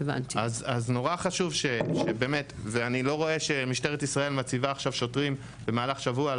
אני לא רואה שמשטרת ישראל מציבה עכשיו שוטרים במהלך שבוע על